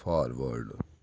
forward